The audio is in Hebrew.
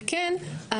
וכן,